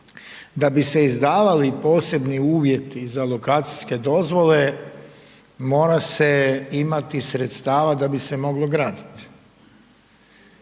da bi se izdavali posebni uvjeti za lokacijske dozvole, mora se imati sredstava da bi se moglo graditi.